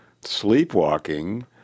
sleepwalking